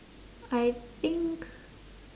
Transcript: I think